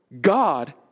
God